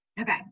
Okay